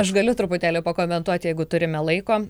aš galiu truputėlį pakomentuot jeigu turime laiko